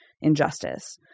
injustice